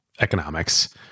economics